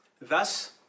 Thus